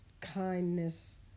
kindness